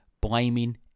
blaming